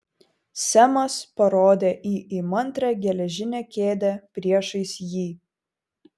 semas parodė į įmantrią geležinę kėdę priešais jį